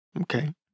Okay